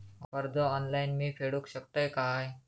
कर्ज ऑनलाइन मी फेडूक शकतय काय?